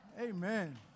Amen